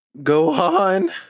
Gohan